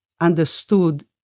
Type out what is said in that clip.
understood